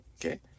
Okay